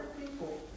people